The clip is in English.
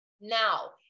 now